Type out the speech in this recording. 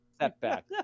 setback